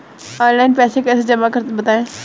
Online पैसा कैसे जमा करें बताएँ?